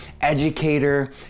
educator